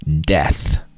death